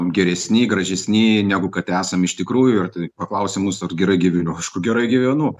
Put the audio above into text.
geresni gražesni negu kad esam iš tikrųjų ir paklausi mus ar gerai gyvenu aišku gerai gyvenu